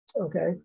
okay